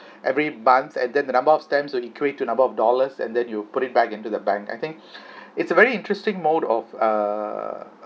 every month and then the number of stamps will equate to number of dollars and then you put it back into the bank I think it's a very interesting mode of err